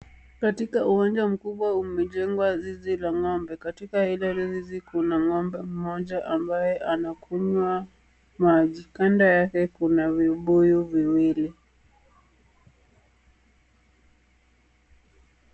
Katika uwanja mkubwa umejengwa zizi la ngombe. Katika hilo zizi kuna ngombe mmoja ambaye anakunywa maji. Kando yake kuna vibuyu viwili.